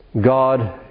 God